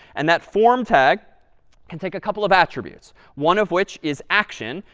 and that form tag can take a couple of attributes, one of which is action.